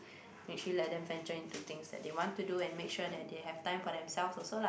actually let them venture into things that they want to do and make sure that they have time for themselves also lah